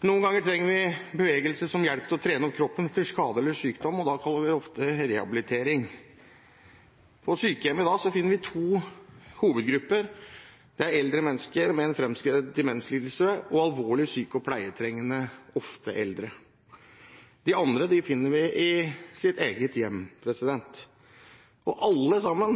Noen ganger trenger vi bevegelse som hjelp til å trene opp kroppen etter skade eller sykdom, og da kaller vi det ofte rehabilitering. På sykehjem i dag finner vi to hovedgrupper. Det er eldre mennesker med en framskreden demenslidelse og alvorlig syke og pleietrengende, ofte eldre. De andre finner vi i sitt eget hjem. Alle sammen